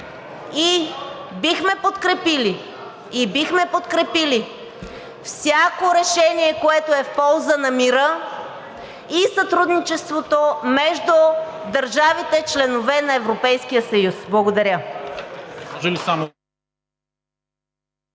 и бихме подкрепили всяко решение, което е в полза на мира и сътрудничеството между държавите – членки на Европейския съюз. Благодаря.